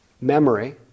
memory